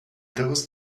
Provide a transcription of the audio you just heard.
those